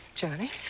Johnny